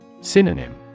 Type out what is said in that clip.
Synonym